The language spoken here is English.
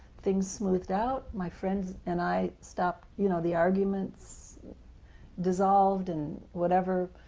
things smoothed out, my friends and i stopped. you know the arguments dissolved, and whatever